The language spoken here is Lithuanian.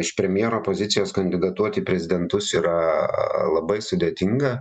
iš premjero pozicijos kandidatuot į prezidentus yra a a labai sudėtinga